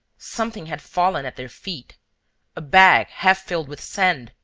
something had fallen at their feet a bag half-filled with sand,